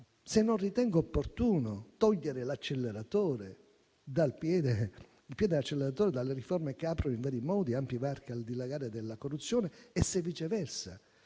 se non ritenga opportuno togliere il piede dall'acceleratore delle riforme che aprono in vari modi ampi varchi al dilagare della corruzione e se, viceversa,